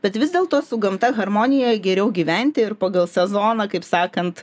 bet vis dėlto su gamta harmonija geriau gyventi ir pagal sezoną kaip sakant